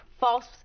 false